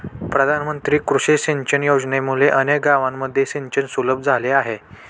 प्रधानमंत्री कृषी सिंचन योजनेमुळे अनेक गावांमध्ये सिंचन सुलभ झाले आहे